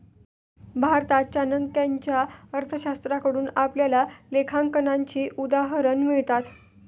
भारतात चाणक्याच्या अर्थशास्त्राकडून आपल्याला लेखांकनाची उदाहरणं मिळतात